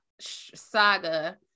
saga